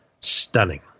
stunning